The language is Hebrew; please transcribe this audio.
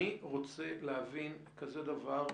אני רוצה להבין כזה דבר,